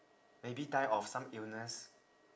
maybe die of some illness